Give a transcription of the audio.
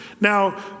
Now